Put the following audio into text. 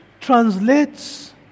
translates